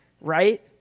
right